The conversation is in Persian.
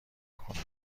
کنم